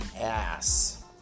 ass